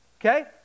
okay